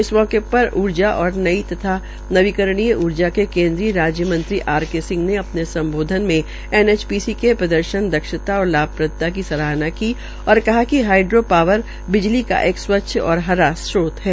इस मौके र ऊर्जा और नई तथा नवीकरणीय ऊर्जा के केन्द्रीय राज्य मंत्री आर के सिंह ने अ ने सम्बोधन में एनएच ीसी के प्रदर्शन दक्षता और लाभ प्रद्रता की सराहना की और कहा कि हाईड्रो श्वावर बिजली का एक स्वच्छ और हरा स्त्रोत है